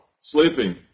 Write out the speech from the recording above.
sleeping